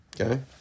Okay